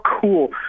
cool